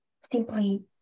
Simply